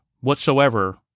whatsoever